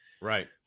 Right